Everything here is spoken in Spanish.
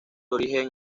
origen